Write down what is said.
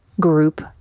group